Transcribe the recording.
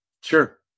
Sure